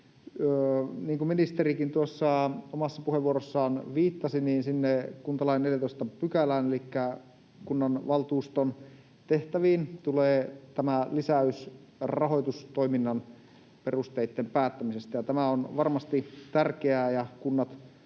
kuin ministerikin tuossa omassa puheenvuorossaan viittasi, sinne kuntalain 14 §:ään elikkä kunnanvaltuuston tehtäviin tulee tämä lisäys rahoitustoiminnan perusteitten päättämisestä. Tämä on varmasti tärkeää, ja kunnat